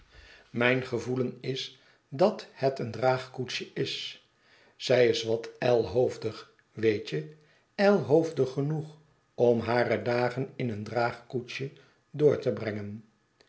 mijn gevoelen is dat het een draagkoetsje is zij is wat ijlhoofdig weet je ijlhoofdig genoeg om hare dagen in een draagkoetsje door te brengen